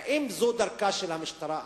האם זו דרכה של המשטרה?